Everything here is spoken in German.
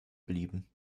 blieben